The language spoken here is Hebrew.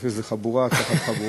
יחשוב שזה חבּוּרָה תחת חבּוּרָה.